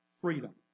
freedom